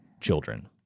children